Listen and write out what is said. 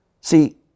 See